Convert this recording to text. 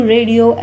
Radio